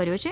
કર્યો છે